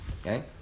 okay